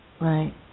Right